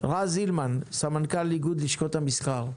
רז הילמן, סמנכ"ל איגוד לשכות המסחר.